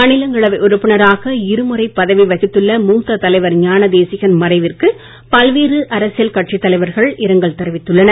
மாநிலங்களவை உறுப்பினராக இருமுறை பதவி வகித்துள்ள மூத்த தலைவர் ஞானதேசிகன் மறைவிற்கு பல்வேறு அரசியல் கட்சித் தலைவர்கள் இரங்கல் தெரிவித்துள்ளனர்